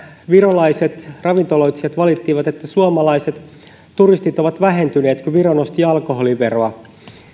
virolaiset ravintoloitsijat valittivat että suomalaiset turistit ovat vähentyneet kun viro nosti alkoholiveroa